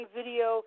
video